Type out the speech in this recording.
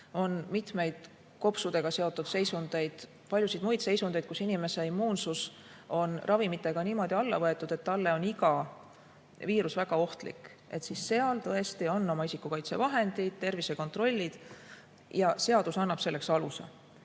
ka mitmeid kopsudega seotud seisundeid ja paljusid muid seisundeid, kus inimese immuunsus on ravimitega nii alla võetud, et talle on iga viirus väga ohtlik – seal tõesti on isikukaitsevahendid, tervisekontrollid, ja seadus annab selleks